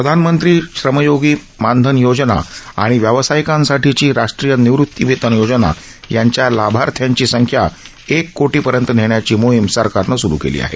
प्रधानमंत्री श्रमयोगी मानधन योजना आणि व्यावसायिकांसाठीची राष्ट्रीय निवृत्तीवेतन योजना यांच्या लाभार्थ्यांची संख्या एक कोटी पर्यंत नेण्याची मोहीम सरकारनं सुरु केली आहे